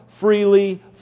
freely